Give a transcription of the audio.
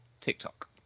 TikTok